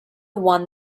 one